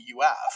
UF